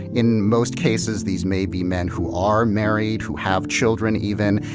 in most cases these may be men who are married, who have children even,